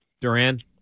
Duran